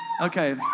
okay